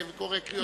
קורא קריאות,